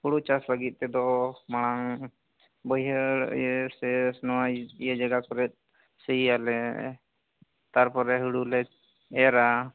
ᱦᱩᱲᱩ ᱪᱟᱥ ᱞᱟᱹᱜᱤᱫ ᱛᱮᱫᱚ ᱢᱟᱲᱟᱝ ᱵᱟᱹᱭᱦᱟᱹᱲ ᱤᱭᱟᱹ ᱥᱮ ᱱᱚᱜᱚᱭ ᱤᱭᱟᱹ ᱡᱟᱭᱜᱟ ᱠᱚᱨᱮᱫ ᱥᱤᱭᱟᱞᱮ ᱛᱟᱨᱯᱚᱨᱮ ᱦᱚᱲᱩ ᱞᱮ ᱮᱨᱟ